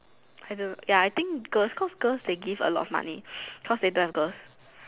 I don't know ya I think girls cause girls they give a lot of money cause they don't have girls